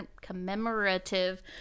commemorative